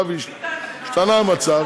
עכשיו השתנה המצב,